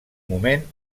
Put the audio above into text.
moment